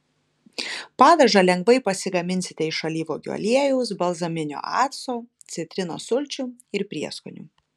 padažą lengvai pasigaminsite iš alyvuogių aliejaus balzaminio acto citrinos sulčių ir prieskonių